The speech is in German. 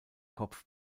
kopf